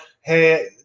hey